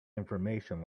information